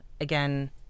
again